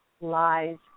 lies